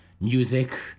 music